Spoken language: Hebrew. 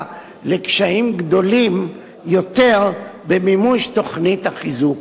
קשיים גדולים יותר במימוש תוכנית החיזוק.